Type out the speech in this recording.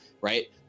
right